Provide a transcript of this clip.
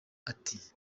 ati